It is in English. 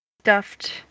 stuffed